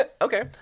okay